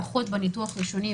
לפחות בניתוח ראשוני,